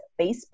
Facebook